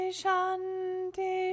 shanti